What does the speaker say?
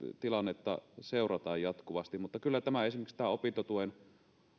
tilannetta seurataan jatkuvasti mutta kyllä esimerkiksi tämä opintotuen